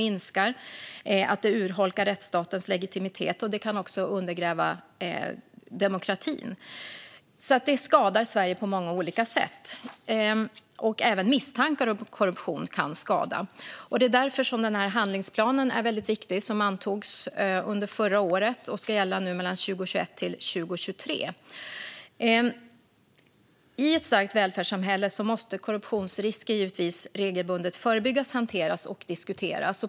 Den urholkar rättsstatens legitimitet och kan undergräva demokratin. Korruption skadar alltså Sverige på många olika sätt. Även misstankar om korruption kan skada. Därför är den här handlingsplanen väldigt viktig. Den antogs under förra året och ska gälla mellan 2021 och 2023. I ett starkt välfärdssamhälle måste korruptionsrisker givetvis regelbundet förebyggas, hanteras och diskuteras.